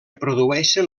produeixen